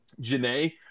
Janae